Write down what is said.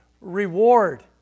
reward